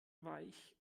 weich